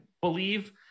believe